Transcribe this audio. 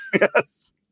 Yes